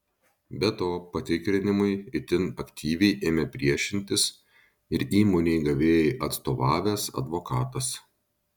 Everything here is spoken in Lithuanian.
be to patikrinimui itin aktyviai ėmė priešintis ir įmonei gavėjai atstovavęs advokatas